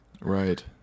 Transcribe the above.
Right